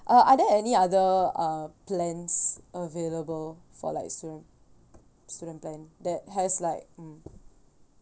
uh are there any other uh plans available for like student student plan that has like mm